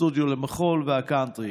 הסטודיו למחול והקאנטרי,